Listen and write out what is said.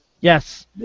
Yes